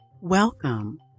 Welcome